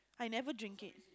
I never drink it